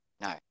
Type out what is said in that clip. No